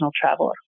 traveler